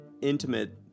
intimate